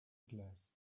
glass